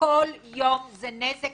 וכל יום זה נזק